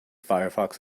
firefox